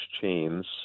chains